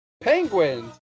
Penguins